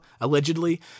allegedly